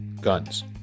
guns